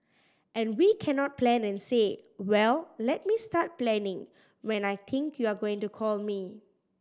and we cannot plan and say well let me start planning when I think you are going to call me